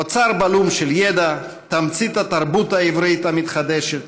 אוצר בלום של ידע, תמצית התרבות העברית המתחדשת.